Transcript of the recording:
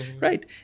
right